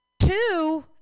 two